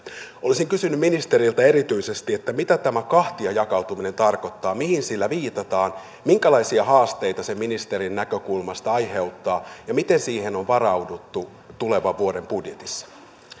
olisin kysynyt ministeriltä erityisesti mitä tämä kahtiajakautuminen tarkoittaa mihin sillä viitataan minkälaisia haasteita se ministerin näkökulmasta aiheuttaa ja miten siihen on varauduttu tulevan vuoden budjetissa